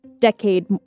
decade